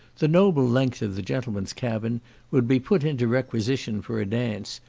the noble length of the gentlemen's cabin would be put into requisition for a dance,